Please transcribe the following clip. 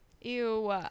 Ew